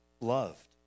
loved